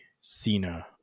Cena